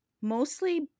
mostly